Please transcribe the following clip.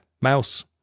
mouse